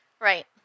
Right